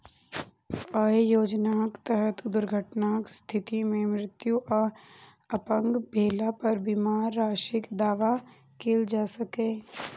अय योजनाक तहत दुर्घटनाक स्थिति मे मृत्यु आ अपंग भेला पर बीमा राशिक दावा कैल जा सकैए